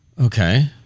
Okay